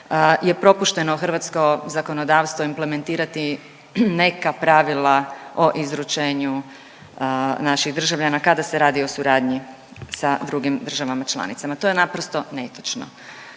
je propušteno u hrvatsko zakonodavstvo implementirati neka pravila o izručenju naših državljana kada se radi o suradnji sa drugim državama članicama. To je naprosto netočno.